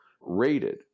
rated